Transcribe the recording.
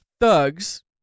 Thugs